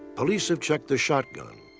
police have checked the shotgun,